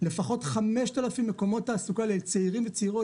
לפחות 5,000 מקומות תעסוקה לצעירים וצעירות